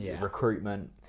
recruitment